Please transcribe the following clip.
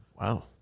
Wow